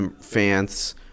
fans